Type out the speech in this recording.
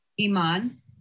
Iman